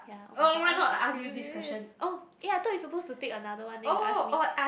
ya oh-my-god I'm curious oh eh I thought you supposed to take another one then you ask me